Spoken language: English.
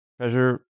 Treasure